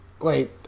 Wait